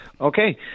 Okay